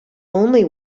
one